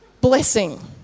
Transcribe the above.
Blessing